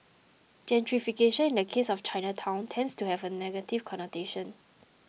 gentrification in the case of Chinatown tends to have a negative connotation